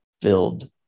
filled